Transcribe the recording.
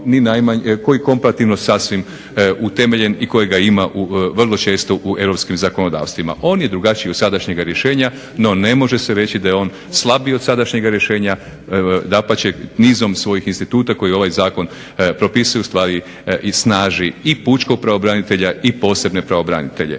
koji je komparativno sasvim utemeljen i kojega ima vrlo često u europskim zakonodavstvima. On je drugačiji od sadašnjega rješenja no ne može se reći da je on slabiji od sadašnjega rješenja, dapače nizom svojih instituta koje ovaj zakon propisuje ustvari i snaži i pučkog pravobranitelja i posebne pravobranitelje.